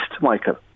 Michael